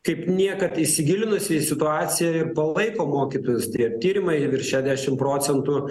kaip niekad įsigilinusi į situaciją ir palaiko mokytojus tie tyrimai virš šešiasdešimt procentų